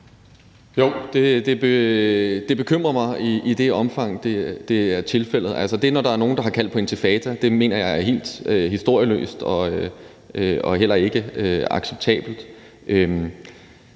Jo, det bekymrer mig i det omfang, det er tilfældet. Altså, det, at nogen har kaldt på intifada, mener jeg er helt historieløst og heller ikke acceptabelt.